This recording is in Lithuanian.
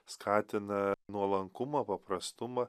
skatina nuolankumą paprastumą